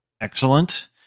Excellent